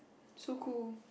so cool